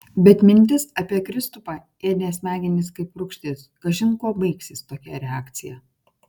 bet mintis apie kristupą ėdė smegenis kaip rūgštis kažin kuo baigsis tokia reakcija